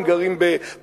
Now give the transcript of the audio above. הם גרים בגבעה-הצרפתית,